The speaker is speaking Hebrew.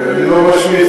אני לא משמיץ,